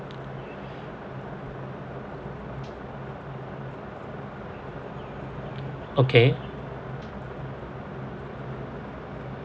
okay